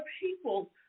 people